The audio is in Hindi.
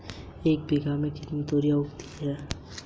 एक बीघा में कितनी तोरियां उगती हैं?